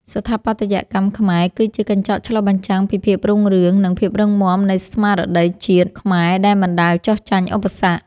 ស្ថាបត្យកម្មខ្មែរគឺជាកញ្ចក់ឆ្លុះបញ្ចាំងពីភាពរុងរឿង និង ភាពរឹងមាំនៃស្មារតីជាតិខ្មែរដែលមិនដែលចុះចាញ់ឧបសគ្គ។